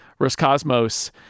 Roscosmos